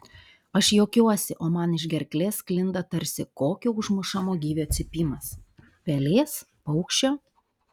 aš juokiuosi o man iš gerklės sklinda tarsi kokio užmušamo gyvio cypimas pelės paukščio